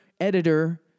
editor